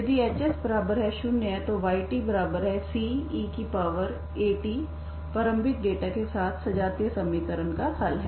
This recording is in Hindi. यदि hs0 तो ytceAt प्रारंभिक डेटा के साथ सजातीय समीकरण का हल है